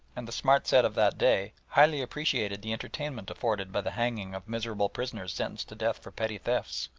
and the smart set of that day, highly appreciated the entertainment afforded by the hanging of miserable prisoners sentenced to death for petty thefts,